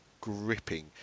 gripping